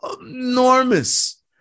Enormous